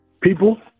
People